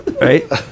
Right